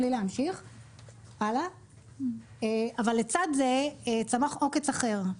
אבל לצד זה צמח עוקץ אחר,